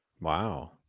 Wow